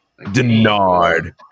Denard